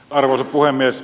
arvoisa puhemies